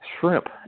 shrimp